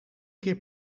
keer